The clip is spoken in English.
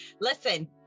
listen